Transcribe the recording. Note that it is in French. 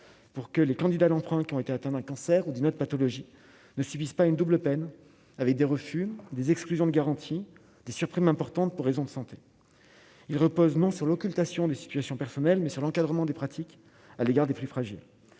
pour que les candidats à l'emprunt, qui ont été atteints d'un cancer ou d'une autre pathologie ne suffisent pas une double peine avec des refus des exclusions de garantie des surprimes importantes pour raisons de santé, il repose, non sur l'occultation des situations personnelles mais sur l'encadrement des pratiques à l'égard des plus fragiles,